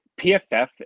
PFF